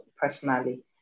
personally